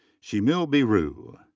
shemuel beroo.